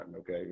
okay